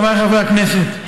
חבריי חברי הכנסת,